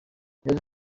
yaje